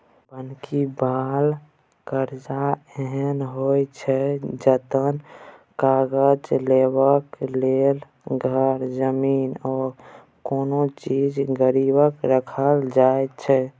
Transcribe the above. बन्हकी बला करजा एहन होइ छै जतय करजा लेबाक लेल घर, जमीन आ कोनो चीज गिरबी राखल जाइ छै